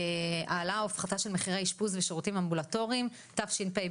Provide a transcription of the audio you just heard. העלאה או הפחתה של מחירי אשפוז ושירותים אמבולטוריים תשפ"ב,